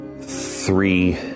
three